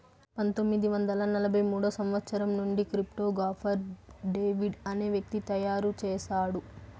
పంతొమ్మిది వందల ఎనభై మూడో సంవచ్చరం నుండి క్రిప్టో గాఫర్ డేవిడ్ అనే వ్యక్తి తయారు చేసాడు